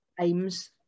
aims